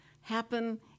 happen